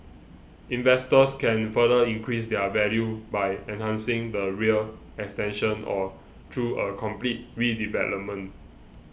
investors can further increase their value by enhancing the rear extension or through a complete redevelopment